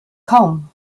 kaum